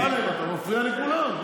אמסלם, אתה מפריע לכולם.